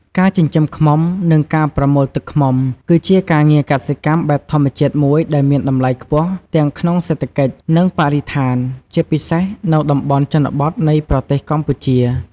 ការចិញ្ចឹមឃ្មុំ និងការប្រមូលទឹកឃ្មុំ គឺជាការងារកសិកម្មបែបធម្មជាតិមួយដែលមានតម្លៃខ្ពស់ទាំងក្នុងសេដ្ឋកិច្ច និងបរិស្ថាន ជាពិសេសនៅតំបន់ជនបទនៃប្រទេសកម្ពុជា។